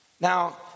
now